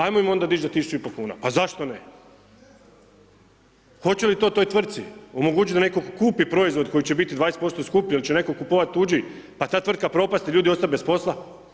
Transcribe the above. Ajmo im onda dić a 1.500 kuna, pa zašto ne, hoće li to toj tvrci omogućit da neko kupi proizvod koji će biti 20% skuplji il će neko kupovat tuđi, a ta tvrtka propast i ljudi ostat bez posla.